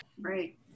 right